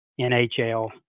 NHL